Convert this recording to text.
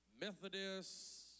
Methodists